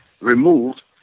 removed